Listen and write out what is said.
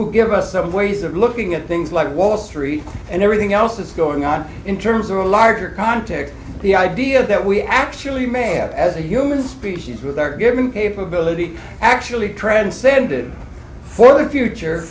who give us some ways of looking at things like wall street and everything else that's going on in terms of the larger context the idea that we actually may have as a human species with our given capability actually transcended for the future